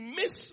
miss